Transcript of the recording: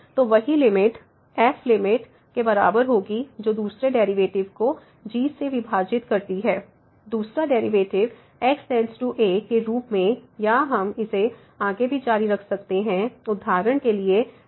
तो वही limit f limit के बराबर होगी जो दूसरे डेरिवेटिव को g से विभाजित करती है दूसरा डेरिवेटिव x→a के रूप में या हम इसे आगे भी जारी रख सकते हैं उदाहरण के लिए f